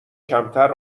کمتر